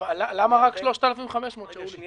אבל למה רק 3,500, שאול?